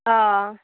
অঁ